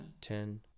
Ten